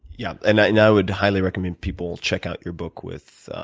yeah. and i would highly recommend people check out your book with